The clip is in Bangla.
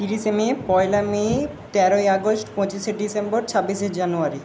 তিরিশে মে পয়লা মে তেরোই আগস্ট পঁচিশে ডিসেম্বর ছাব্বিশে জানুয়ারি